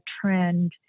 trend